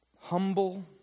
humble